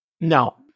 No